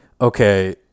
okay